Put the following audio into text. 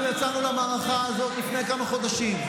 לפני כמה חודשים,